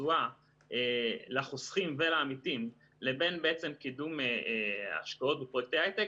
תשואה לחוסכים ולעמיתים לבין קידום ההשקעות בפרויקטי ההיי-טק,